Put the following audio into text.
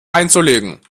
einzulegen